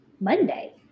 Monday